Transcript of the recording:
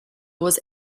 was